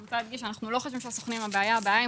אני רוצה להדגיש שאנחנו לא חושבים שהסוכנים הם הבעיה.